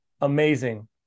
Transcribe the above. amazing